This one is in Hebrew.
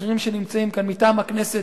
ואחרים שנמצאים כאן מטעם הכנסת,